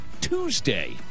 Tuesday